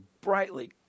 brightly